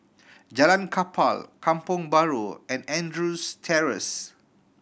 Jalan Kapal Kampong Bahru and Andrews Terrace